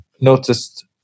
noticed